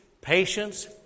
patience